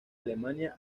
alemania